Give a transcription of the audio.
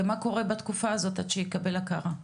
ומה קורה בתקופה הזאת עד שיקבל הכרה?